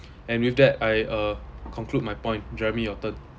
and with that I uh conclude my point jeremy your turn